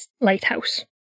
Lighthouse